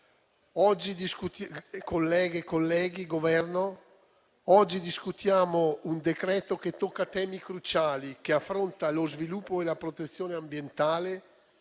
oggi discutiamo un provvedimento che tocca temi cruciali, che affronta lo sviluppo e la protezione ambientale,